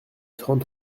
trente